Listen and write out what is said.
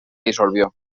disolvió